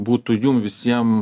būtų jum visiem